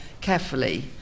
carefully